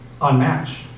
unmatch